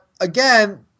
again